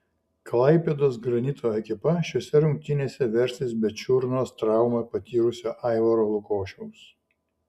klaipėdos granito ekipa šiose rungtynėse versis be čiurnos traumą patyrusio aivaro lukošiaus